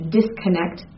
disconnect